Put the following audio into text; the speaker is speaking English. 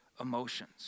emotions